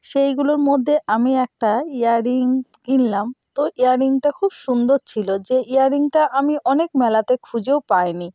সেইগুলোর মধ্যে আমি একটা ইয়াররিং কিনলাম তো ইয়াররিংটা খুব সুন্দর ছিল যে ইয়াররিংটা আমি অনেক মেলাতে খুঁজেও পাইনি